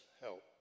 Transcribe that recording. help